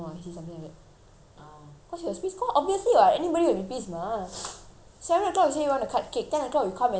cause he was pissed cause obviously what anybody would be pissed mah seven o'clock you say you want to cut cake ten o'clock you come and then you wait for someone else to come and cut cake